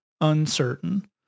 uncertain